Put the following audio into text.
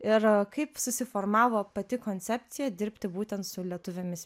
ir kaip susiformavo pati koncepcija dirbti būtent su lietuvėmis